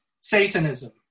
Satanism